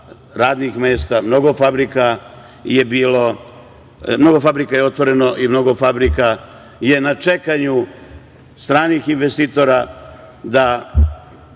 radnih mesta, mnogo fabrika je otvoreno i mnogo fabrika je na čekanju, stranih investitora,